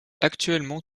actuellement